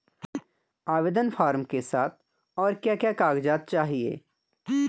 आवेदन फार्म के साथ और क्या क्या कागज़ात चाहिए?